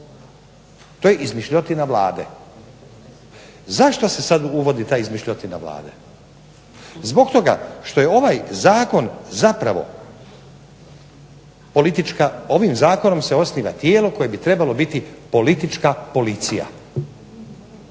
to je izmišljotina Vlade. Zašto se sada uvodi ta izmišljotina Vlade? Zbog toga što je ovaj zakon zapravo ovim zakonom se osniva tijelo koje bi trebalo biti politička policija.